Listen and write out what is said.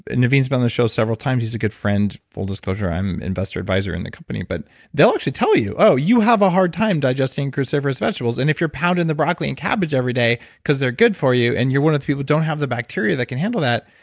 and naveen's been on the show several times, he's a good friend. full disclosure, i'm an investor advisor in the company. but they'll actually tell you, oh, you have a hard time digesting cruciferous vegetables. and if you're pounding the broccoli and cabbage every day because they're good for you and you're one of the people who don't have the bacteria that can handle that,